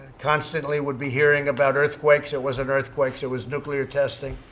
constantly, we'd be hearing about earthquakes. it wasn't earthquakes it was nuclear testing.